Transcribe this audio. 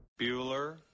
Bueller